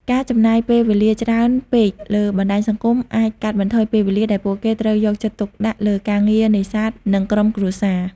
ការចំណាយពេលវេលាច្រើនពេកលើបណ្តាញសង្គមអាចកាត់បន្ថយពេលវេលាដែលពួកគេត្រូវយកចិត្តទុកដាក់លើការងារនេសាទ និងក្រុមគ្រួសារ។